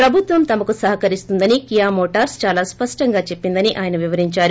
ప్రభుత్వం తమకు సహకరిస్తుందని కియా మోటార్స్ దాలా స్పష్టంగా చెప్పిందని ఆయన వివరిందారు